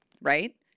right